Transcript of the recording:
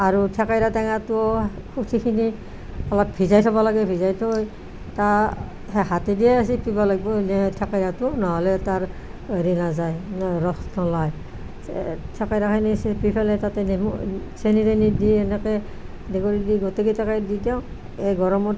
আৰু থেকেৰা টেঙাটো গুটিখিনি অলপ ভিজাই থব লাগে ভিজাই থৈ তা হাতেদিয়ে চেকিব লাগব এনে থেকেৰাটো নহ'লে তাৰ হেৰি নাযায় ৰস নোলায় থেকেৰাখিনি চেপি পেলাই তাতে নেমু চেনি তেনি দি এনেকৈ দি গোটেই কেইটাকে দি দিওঁ এই গৰমত